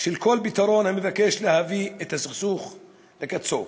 של כל פתרון שנועד להביא את הסכסוך לקצו.